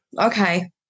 Okay